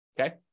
okay